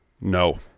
no